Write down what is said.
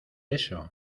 eso